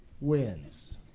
wins